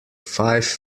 five